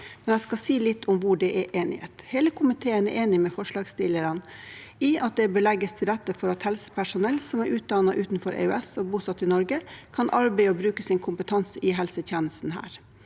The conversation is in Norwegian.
Jeg skal si litt om hvor det er enighet. Hele komiteen er enig med forslagsstillerne i at det bør legges til rette for at helsepersonell som er utdannet utenfor EØS og bosatt i Norge, kan arbeide og bruke sin kompetanse i helsetjenesten her.